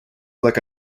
like